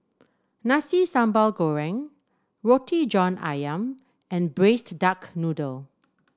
Nasi Sambal Goreng Roti John ayam and Braised Duck Noodle